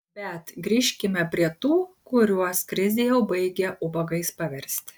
bet grįžkime prie tų kuriuos krizė jau baigia ubagais paversti